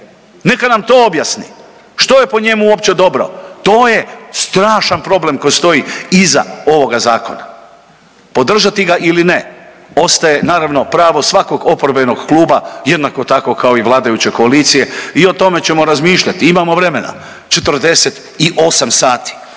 Neka nam to objasni. Što je po njemu uopće dobro? To je strašan problem koji stoji iza ovoga zakona. Podržati ga ili ne ostaje naravno pravo svakog oporbenog kluba jednako tako kako i vladajuće koalicije i o tome ćemo razmišljati. Imamo vremena, 48 sati.